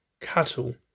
cattle